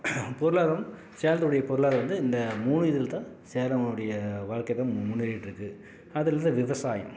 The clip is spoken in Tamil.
பொருளாதாரம் சேலத்துடய பொருளாதாரம் வந்து இந்த மூணு இதில் தான் சேலமுடைய வாழ்க்கைத்தரம் முன்னேறிக்கிட்ருக்கு அதில் விவசாயம்